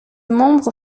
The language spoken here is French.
membre